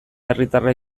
herritarra